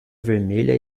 vermelha